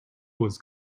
was